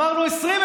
ממתי?